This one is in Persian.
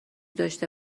داشته